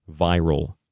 viral